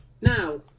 Now